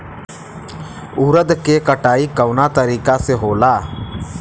उरद के कटाई कवना तरीका से होला?